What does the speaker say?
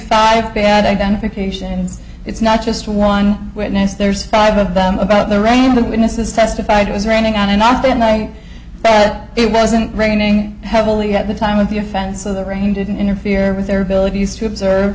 five bad identifications it's not just one witness there's five of them about the rain the witnesses testified it was raining on and off and i bet it wasn't raining heavily at the time of the offense so the rain didn't interfere with their abilities to observe